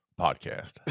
podcast